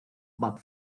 but